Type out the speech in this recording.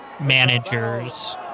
Managers